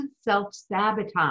self-sabotage